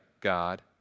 God